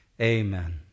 Amen